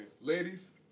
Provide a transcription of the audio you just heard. ladies